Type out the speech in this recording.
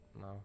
No